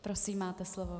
Prosím, máte slovo.